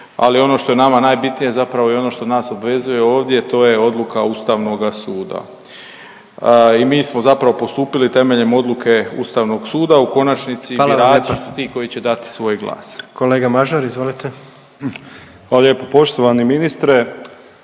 ali ono što je nama najbitnije zapravo i ono što nas obvezuje ovdje to je odluka Ustavnoga suda. I mi smo zapravo postupili temeljem odluke Ustavnog suda. U konačnici … …/Upadica predsjednik: Hvala vam lijepa./… … birači su